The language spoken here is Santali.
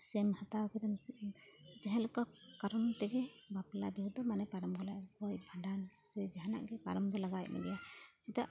ᱥᱮᱢ ᱦᱟᱛᱟᱣ ᱠᱮᱫᱟᱢ ᱡᱟᱦᱟᱞᱮᱠᱟ ᱠᱟᱨᱚᱱ ᱛᱮᱜᱮ ᱵᱟᱯᱞᱟ ᱵᱤᱦᱟᱹ ᱫᱚ ᱢᱟᱱᱮ ᱯᱟᱨᱚᱢ ᱜᱮ ᱞᱟᱜᱟᱜᱼᱟ ᱜᱚᱡ ᱵᱷᱟᱸᱰᱟᱱ ᱥᱮ ᱡᱟᱦᱟᱱᱟᱜ ᱜᱮ ᱯᱟᱨᱚᱢ ᱫᱚ ᱞᱟᱜᱟᱣᱮᱫ ᱢᱮᱜᱮᱭᱟ ᱪᱮᱫᱟᱜ